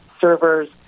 servers